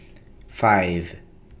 five